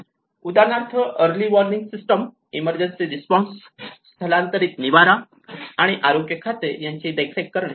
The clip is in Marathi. उदाहरणार्थ early warning system emergency response स्थलांतरित निवारा आणि आरोग्य खाते यांची देखरेख करणे